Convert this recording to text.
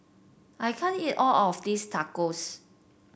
I can't eat all of this Tacos